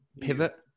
pivot